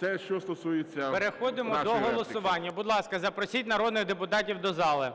Це що стосується нашої репліки. ГОЛОВУЮЧИЙ. Переходимо до голосування. Будь ласка, запросіть народних депутатів до зали.